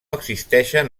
existeixen